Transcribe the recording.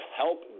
help